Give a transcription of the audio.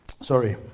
Sorry